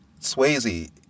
Swayze